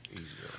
easier